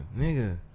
nigga